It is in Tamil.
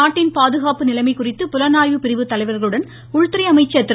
நாட்டின் பாதுகாப்பு நிலைமை குநித்து புலனாய்வு பிரிவு தலைவர்களுடன் உள்துறை அமைச்சர் திரு